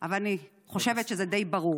אבל אני חושבת שזה די ברור.